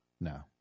No